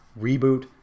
reboot